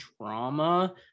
drama